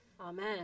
amen